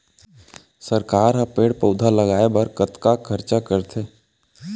सरकार ह पेड़ पउधा लगाय बर कतका खरचा करथे